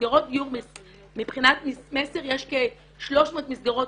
מסגרות דיור מבחינת מסר יש כ-300 מסגרות